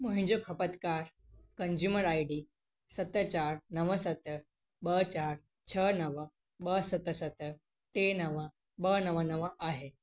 मुहिंजो ख़पतकारु consumer I D सत चारि नव सत ॿ चारि छह नव ॿ सत सत टे नव ॿ नव नव नव आहे